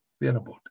thereabout